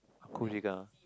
cook chicken ah